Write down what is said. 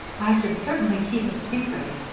i should certainly keep it a secret.